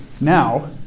Now